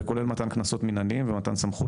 וכולל מתן קנסות מנהליים ומתן סמכות